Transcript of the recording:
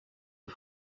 are